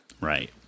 right